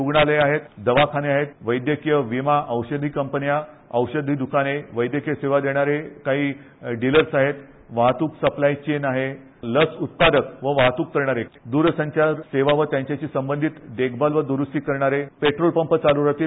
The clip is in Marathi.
रुग्णालये आहेत दवाखाने आहेत वैद्यकीय विमा औषधी कंपन्या औषधी दकाने वैद्यकीय सेवा देणारे काही डिलर्स आहेत वाहतूक सप्ताय चेन आहे लस उत्पादक व वाहतूक करणारे दरसंचार सेवा व त्यांच्याशी संबंधित देखभाल व दुरूस्ती करणारे पेट्रोलपंप चालू राहतील